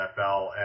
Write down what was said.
NFL